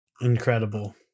Incredible